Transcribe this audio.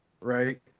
right